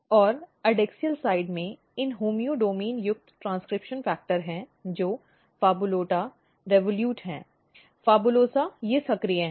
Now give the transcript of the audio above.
और adaxial side में इन होम्योडोमैन युक्त ट्रेन्स्क्रिप्शन फ़ैक्टर है जो PHABOLUTA REVOLUTE है PHABOLUSA ये सक्रिय हैं